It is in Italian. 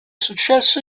successo